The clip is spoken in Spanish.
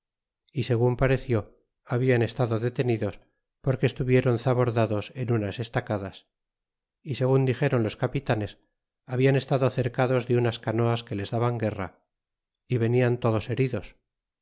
y segun pareció hablan estado detenidos porque estuvieron zabordados en unas estacadas y segun dixdron los capitanes hablan estado cercados de unas canoas que les daban guerra y venian todos heridos